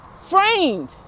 Framed